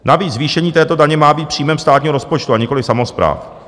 Navíc zvýšení této daně má být příjmem státního rozpočtu, a nikoli samospráv.